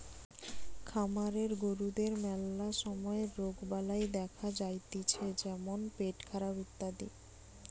খামারের গরুদের ম্যালা সময় রোগবালাই দেখা যাতিছে যেমন পেটখারাপ ইত্যাদি